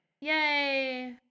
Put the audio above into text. Yay